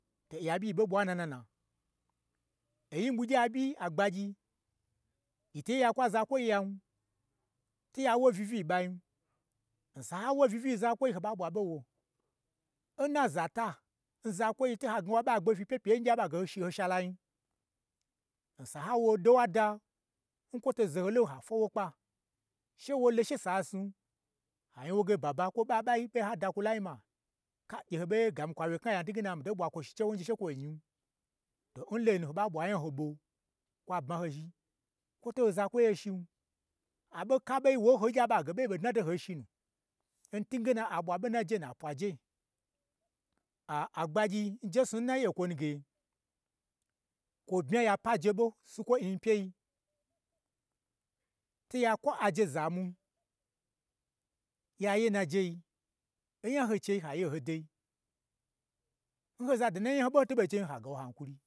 To, oya ɓyi ɓwa nnana na, oyi ɓwugyi aɓyi, agbagyi, yi toye ya kwu azakwoi yan, to ya wo uyi-i, uyi-i n ɓain, nsan haw uyi-i, uyi-i n zakwoi, ho ɓa ɓwa ɓo n wo. Nnazata, n zakwoi to ha gnawa ɓo agbe fyi n pye pyei n gye a ɓan ge ho shi n, hi sharayin, n san hawo odo n wa da, n kwoto zo ho lon ha fwa wo kpa, she wo lo she sa snu, ha nya woge ba ba kwo papai, ɓo ha da kwo lai ma, ka gyeho ɓo gami kwa wye knaya, ntwugena, mito ɓwa kwo shi chewo n gye she kwo nyin. To n loi nu ho ɓa ɓwa nyaho ɓo, kwa bma ho zhni, kwo to ho zakwoi shi, a ɓo ka ɓei won hon gye aɓange ɓei ɓo dnado n hoi shinu, ntwuge na n ɓwa ɓo n najenu a kwaje. Aaa, agbagyi njesnu naye okwo nuge, kwo bmya lo apaje ɓon sukwoi, n nyipyei to ya kwu aje zamwun, ya ye n najei, onya n ho n chei ha ye n ho doi, n hozado nu na nya ho nɓo n hoto ɓon chei, ha gawo hankuri.